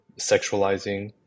sexualizing